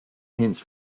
hints